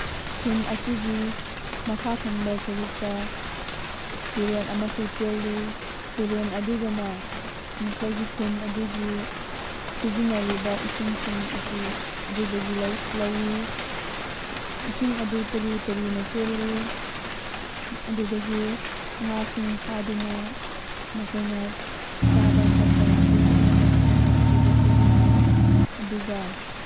ꯈꯨꯟ ꯑꯁꯤꯒꯤ ꯃꯈꯥ ꯊꯪꯕ ꯁꯔꯨꯛꯇ ꯇꯨꯔꯦꯜ ꯑꯃꯁꯨ ꯆꯦꯜꯂꯤ ꯇꯨꯔꯦꯜ ꯑꯗꯨꯗꯅ ꯃꯈꯣꯏꯒꯤ ꯈꯨꯟ ꯑꯗꯨꯒꯤ ꯁꯤꯖꯤꯟꯅꯔꯤꯕ ꯏꯁꯤꯡꯁꯤꯡ ꯑꯁꯤ ꯑꯗꯨꯗꯒꯤ ꯂꯧꯋꯤ ꯏꯁꯤꯡ ꯑꯗꯨ ꯇꯔꯨ ꯇꯔꯨꯅ ꯆꯦꯜꯂꯤ ꯑꯗꯨꯗꯒꯤ ꯉꯥꯁꯤꯡ ꯐꯥꯗꯨꯅ ꯃꯈꯣꯏꯅ ꯆꯥꯕ ꯊꯛꯄ ꯑꯗꯨ ꯑꯌꯥꯝꯕ ꯃꯈꯣꯏꯅ ꯑꯗꯨꯗ ꯁꯤꯖꯤꯟꯅꯩ ꯑꯗꯨꯒ